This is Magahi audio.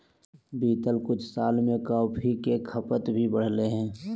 बीतल कुछ साल में कॉफ़ी के खपत भी बढ़लय हें